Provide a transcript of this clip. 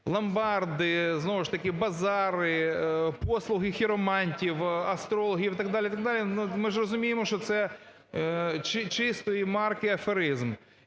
ж таки, базари, послуги хіромантів, астрологів і так далі, так далі, ми ж розуміємо, що це чистої марки аферизм.